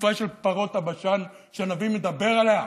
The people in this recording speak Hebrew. תקופה של פרות הבשן שהנביא מדבר עליה.